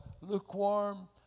lukewarm